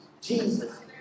Jesus